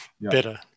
Better